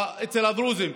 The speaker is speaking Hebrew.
אצל הדרוזים,